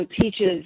teaches